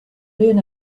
learn